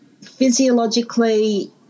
physiologically